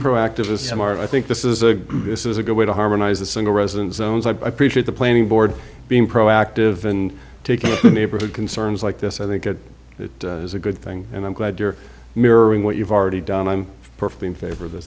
proactive is smart i think this is a this is a good way to harmonize the single resident zones i appreciate the planning board being proactive in taking neighborhood concerns like this i think it is a good thing and i'm glad you're mirroring what you've already done i'm perfectly in favor of th